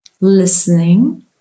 listening